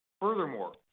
Furthermore